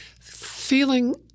feeling